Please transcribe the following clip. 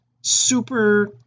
super